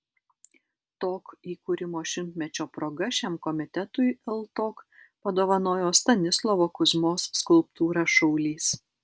tok įkūrimo šimtmečio proga šiam komitetui ltok padovanojo stanislovo kuzmos skulptūrą šaulys